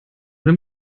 dem